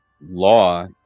law